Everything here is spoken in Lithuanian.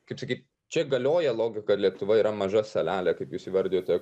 kaip sakyt čia galioja logika lietuva yra maža salelė kaip jūs įvardijote